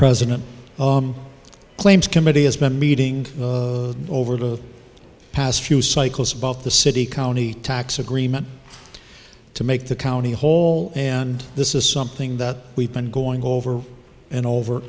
president claims committee has been meeting over the past few cycles about the city county tax agreement to make the county whole and this is something that we've been going over and over